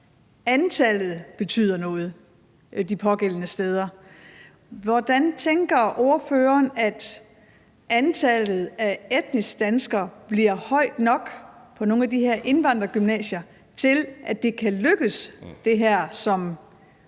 antallet betyder noget de pågældende steder. Hvordan tænker ordføreren at antallet af etniske danskere bliver højt nok på nogle af de her indvandrergymnasier til, at det, som er intentionen